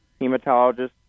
hematologist